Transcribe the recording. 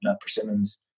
persimmons